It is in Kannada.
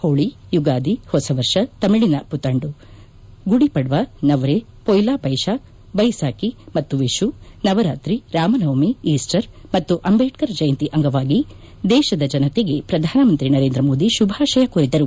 ಹೋಳಿ ಯುಗಾದಿ ಹೊಸವರ್ಷ ತಮಿಳಿನ ಪುತಂದು ಗುದಿ ಪಡ್ವಾ ನವ್ರೆ ಪೊಯಿಲಾ ಬೈಶಾಕ್ ಬೈಸಾಕಿ ಮತ್ತು ವಿಶು ನವರಾತ್ರಿ ರಾಮನವಮಿ ಈಸ್ಟರ್ ಮತ್ತು ಅಂಬೇಡ್ನರ್ ಜಯಂತಿ ಅಂಗವಾಗಿ ದೇಶದ ಜನತೆಗೆ ಪ್ರಧಾನಮಂತ್ರಿ ನರೇಂದ್ರ ಮೋದಿ ಶುಭಾಶಯ ಕೋರಿದರು